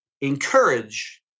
encourage